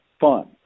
fun